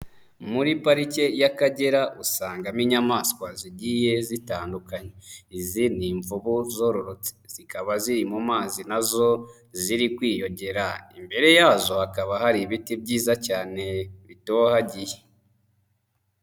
Muri pariki y'akagera usangamo inyamaswa zigiye zitandukanye, izi ni imvubu zororotse, zikaba ziri mu mazi nazo ziri kwiyongera, imbere yazo hakaba hari ibiti byiza cyane bitohagiye.